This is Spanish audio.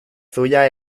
suyas